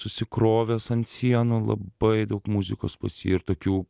susikrovęs ant sienų labai daug muzikos pas jį ir tokių